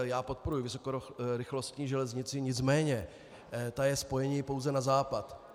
Já podporuji vysokorychlostní železnici, nicméně ta je spojením pouze na západ.